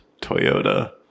toyota